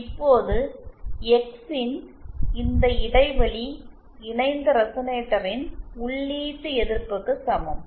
இப்போது எக்ஸ் இன் இந்த இடைவெளி இணைந்த ரெசனேட்டரின் உள்ளீட்டு எதிர்ப்புக்கு சமம்